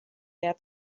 wehr